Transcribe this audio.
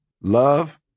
Love